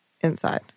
Inside